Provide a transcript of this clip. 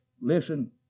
listen